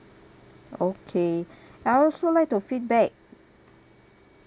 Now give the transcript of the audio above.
okay I would also like to feedback